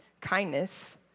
kindness